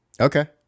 Okay